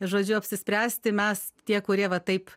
žodžiu apsispręsti mes tie kurie va taip